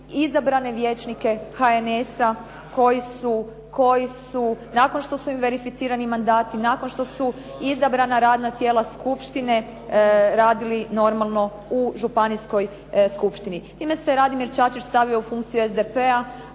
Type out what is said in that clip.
izabrane vijećnike HNS-a koji su nakon što su im verificirani mandati, nakon što su izabrana radna tijela skupštine radili normalno u županijskoj skupštini. Time se Radimir Čačić stavio u funkciju SDP-a